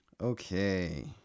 okay